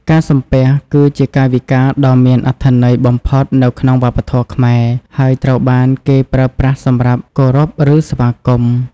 ការសំពះ គឺជាកាយវិការដ៏មានអត្ថន័យបំផុតនៅក្នុងវប្បធម៌ខ្មែរ ហើយត្រូវបានគេប្រើប្រាស់សម្រាប់គោរពឬស្វាគមន៍។